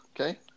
okay